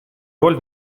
роль